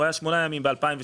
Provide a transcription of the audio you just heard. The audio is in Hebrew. הוא היה שמונה ימים ב-2012.